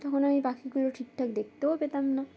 তখন আমি পাখিগুলো ঠিকঠাক দেখতেও পেতাম না